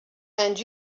and